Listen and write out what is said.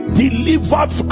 delivered